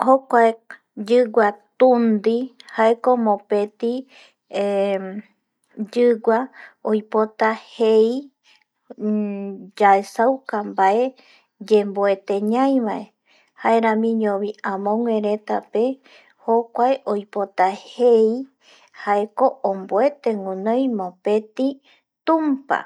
Jokuae yigua tundi jaeko mopeti eh yigua oipota jei, yaesauka bae yenbuete ñai bae jaeramiño bi amogue reta pe jokuae oipota jei jaeko onbuete winoi mopeti tumpa